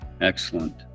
excellent